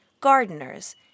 gardeners